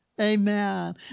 amen